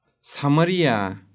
Samaria